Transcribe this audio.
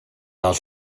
fel